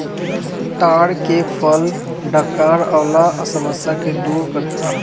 ताड़ के फल डकार अवला के समस्या के दूर करेला